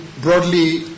broadly